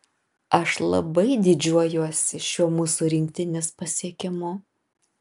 aš labai didžiuojuosi šiuo mūsų rinktinės pasiekimu